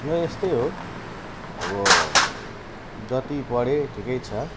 म यस्तै हो अब जति पढेँ ठिकै छ